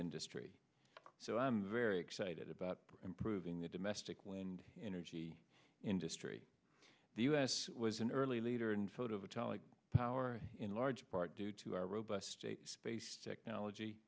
industry so i'm very excited about improving the domestic wind energy industry the u s was an early leader in photo vitaly power in large part due to our robust space technology